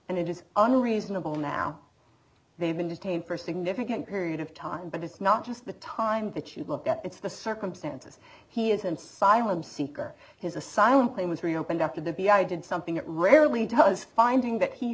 and it is unreasonable now they've been detained for a significant period of time but it's not just the time that you will get into the circumstances he is and silent seeker his asylum claim was reopened after the b i did something it rarely does finding that he